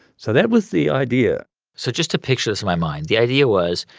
so that was the idea so just to picture this in my mind, the idea was,